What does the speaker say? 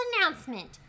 announcement